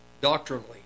doctrinally